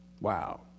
Wow